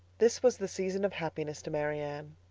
this was the season of happiness to marianne.